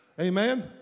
Amen